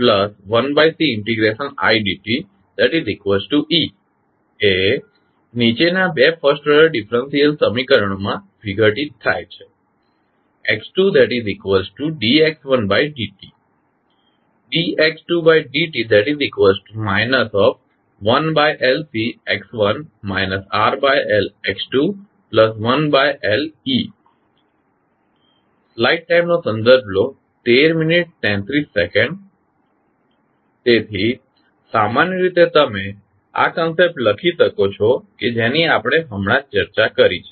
એ નીચેના બે first order differential સમીકરણોમાં વિઘટિત થાય છે x2tdx1dt dx2dt 1LCx1t RLx2t1Let તેથી સામાન્ય રીતે તમે આ કંસેપ્ટ લખી શકો છો કે જેની આપણે હમણાં જ ચર્ચા કરી છે